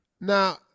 now